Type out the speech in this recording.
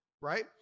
right